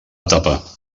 etapa